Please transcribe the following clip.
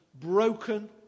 broken